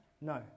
No